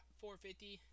4.50